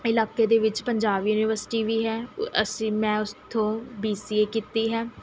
ਇਲਾਕੇ ਦੇ ਵਿੱਚ ਪੰਜਾਬ ਯੂਨੀਵਰਸਿਟੀ ਵੀ ਹੈ ਅਸੀਂ ਮੈਂ ਉਸ ਤੋਂ ਬੀ ਸੀ ਏ ਕੀਤੀ ਹੈ